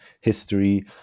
history